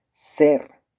Ser